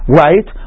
right